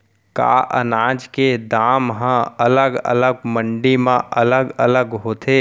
का अनाज के दाम हा अलग अलग मंडी म अलग अलग होथे?